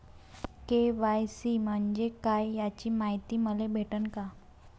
KYC म्हंजे काय याची मायती मले भेटन का?